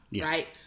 right